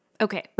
Okay